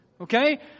okay